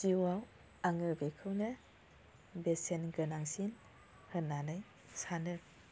जिउआव आङो बेखौनो बेसेन गोनांसिन होननानै सानो